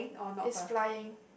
is flying